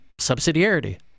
subsidiarity